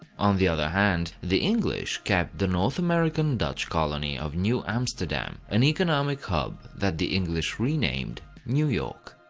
on the other hand, the english kept the north-american dutch colony of new amsterdam, an economic hub that the english renamed new york.